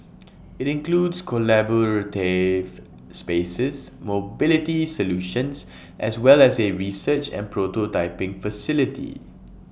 IT includes collaborative spaces mobility solutions as well as A research and prototyping facility